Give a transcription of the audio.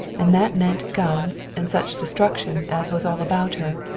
and that meant guns and such destruction as was all about her.